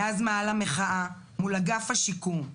מאז מאהל המחאה מול אגף השיקום,